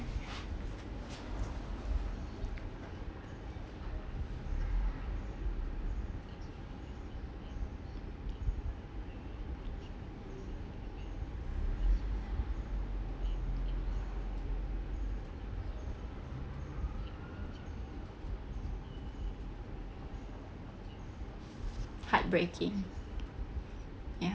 heart breaking ya